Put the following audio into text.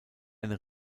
eine